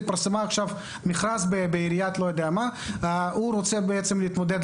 התפרסם עכשיו מכרז בעירייה כלשהי והוא רוצה להתמודד,